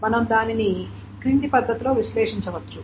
మనం దానిని క్రింది పద్ధతిలో విశ్లేషించవచ్చు